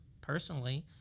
personally